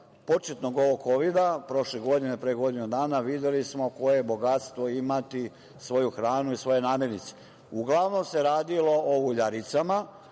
početnog ovog Kovida, prošle godine, pre godinu dana videli smo koje je bogatstvo imati svoju hranu i svoje namirnice. Uglavnom se radilo o uljaricama,